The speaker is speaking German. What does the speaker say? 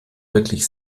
wirklich